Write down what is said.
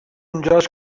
اونجاش